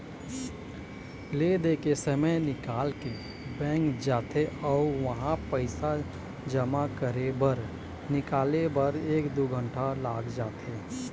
ले दे के समे निकाल के बैंक जाथे अउ उहां पइसा जमा करे बर निकाले बर एक दू घंटा लाग जाथे